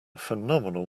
phenomenal